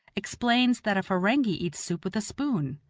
explains that a ferenghi eats soup with a spoon.